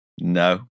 No